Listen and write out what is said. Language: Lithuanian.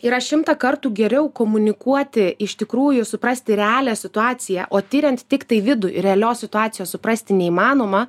yra šimtą kartų geriau komunikuoti iš tikrųjų suprasti realią situaciją o tiriant tiktai vidų realios situacijos suprasti neįmanoma